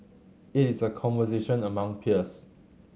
it is a conversation among peers